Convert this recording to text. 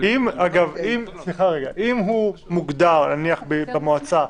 את